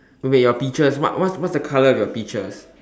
wait your peaches what what's what's the colour of your peaches